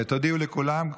תודיעו לכולם,